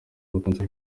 bakunze